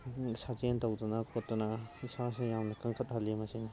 ꯁꯥꯖꯦꯟ ꯇꯧꯗꯅ ꯈꯣꯠꯇꯅ ꯏꯁꯥꯁꯦ ꯌꯥꯝꯅ ꯀꯟꯈꯠꯍꯜꯂꯤ ꯃꯁꯤꯅ